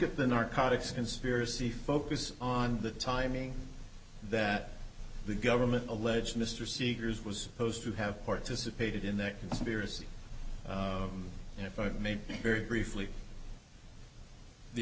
at the narcotics conspiracy focus on the timing that the government alleges mr seegers was posed to have participated in that conspiracy and if i made it very briefly the